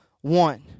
one